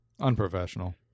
Unprofessional